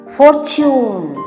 fortune